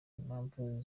impamvu